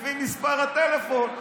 לפי מספר הטלפון.